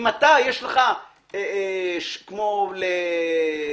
אם יש לך כמו למייקרוסופט,